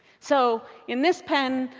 so in this pen,